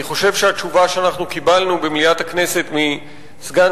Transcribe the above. התשובה שאנחנו קיבלנו במליאת הכנסת מסגן